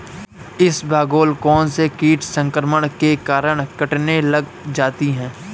इसबगोल कौनसे कीट संक्रमण के कारण कटने लग जाती है?